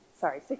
sorry